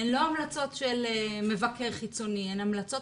הן לא המלצות של מבקר חיצוני אלא אלה המלצות